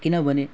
किनभने